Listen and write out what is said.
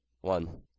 One